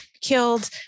killed